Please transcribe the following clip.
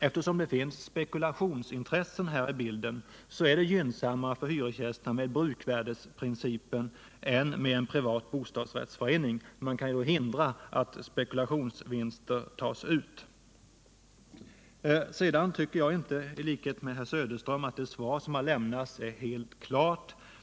Eftersom det finns spekulationsintressen med i bilden är det för hyresgästerna gynnsammare med bruksvärdesprincipen än med en privat bostadsrättsförening. Man kan därigenom förhindra att spekulationsvinster tas ut. Jag tycker, i motsats till Kurt Söderström, inte att det svar som har lämnats är helt klart.